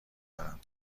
دارم